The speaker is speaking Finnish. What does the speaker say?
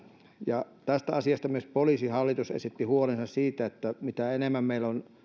tästä asiasta myös poliisihallitus esitti huolensa siitä että mitä enemmän meillä on